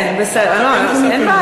כן, בסדר.